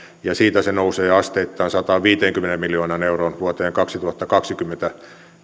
ja siitä se nousee asteittain sataanviiteenkymmeneen miljoonaan euroon vuoteen kaksituhattakaksikymmentä